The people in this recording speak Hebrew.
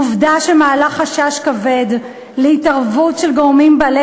עובדה שמעלה חשש כבד להתערבות של גורמים בעלי